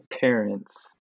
parents